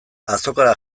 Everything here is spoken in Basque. azokara